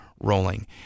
rolling